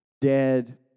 dead